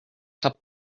cup